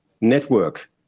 network